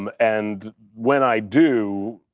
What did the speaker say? um and when i do,